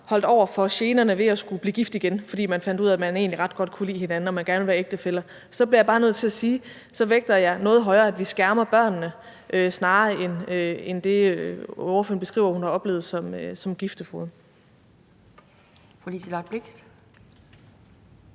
holdt op mod generne ved at skulle blive gift igen, fordi man finder ud af, at man egentlig ret godt kan lide hinanden og gerne vil være ægtefæller, bliver jeg bare nødt til at sige, at jeg vægter det noget højere, at vi skærmer børnene, end det, spørgeren beskriver hun har oplevet som giftefoged.